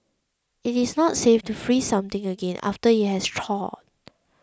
it is not safe to freeze something again after it has thawed